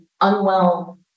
Unwell